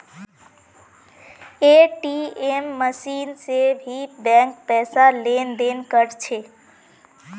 ATM machine से भी bank पैसार लेन देन कर छे